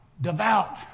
devout